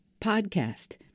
podcast